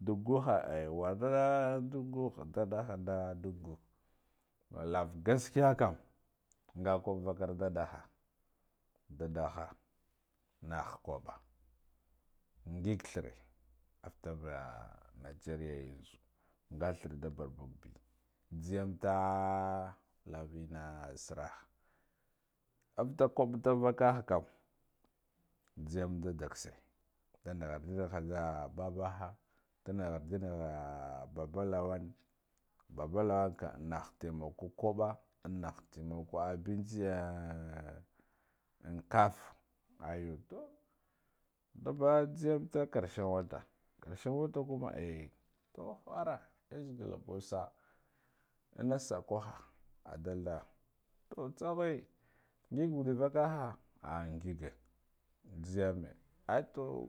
Dug gaha wurda dug gah dadda nda duka nguh lava gaskiyakam nga kubba vakar dadaha daduha an naha kubba nigig threa afte vah negeria yanzo nga thirea da barbagan be, nzeyamta tava enna zerra avata kubb vaka hakam nze yam da dagge nda nikharde nakha baboha nda nekharde nakha baba lowan, baba lowan kam inna ha kimaku kubba nahi taimako abenci ee an kuff ayu, tu ndaba nze yamde korshen wata karshen wata kuma eh tu khara yeze gala buw saa anna sakuha adalda tu tsaghe ngig gudde anvakaha ah ngige nzegame atoh